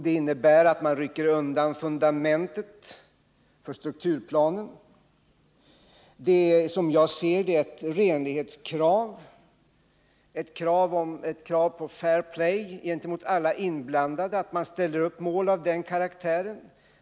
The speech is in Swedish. Det innebär att man rycker undan fundamentet för strukturplanen. Det är, som jag ser det, ett renlighetskrav, ett krav på fair play gentemot alla inblandade, att vi ställer upp mål av den här karaktären.